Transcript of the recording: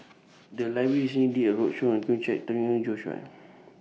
The Library recently did A roadshow on Khoo Cheng Tiong and Joi Chua